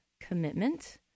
commitment